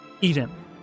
Eden